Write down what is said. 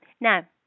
Now